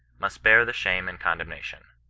must bear the shame and condem nation.